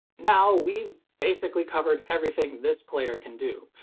now, we've basically covered everything this player can do.